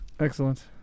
Excellent